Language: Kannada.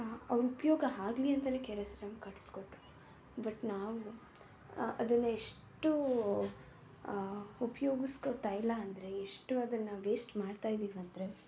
ಅವ್ರು ಉಪಯೋಗ ಆಗ್ಲಿ ಅಂತಾನೆ ಕೆ ಆರ್ ಎಸ್ ಡ್ಯಾಮ್ ಕಟ್ಸಿ ಕೊಟ್ಟರು ಬಟ್ ನಾವು ಅದನ್ನು ಎಷ್ಟೂ ಉಪ್ಯೋಗಿಸ್ಕೋತ ಇಲ್ಲ ಅಂದರೆ ಎಷ್ಟು ಅದನ್ನು ವೇಸ್ಟ್ ಮಾಡ್ತಾ ಇದೀವಿ ಅಂದರೆ